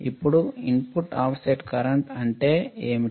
ఇప్పుడు input offset current అంటే ఏమిటి